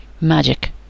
Magic